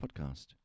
Podcast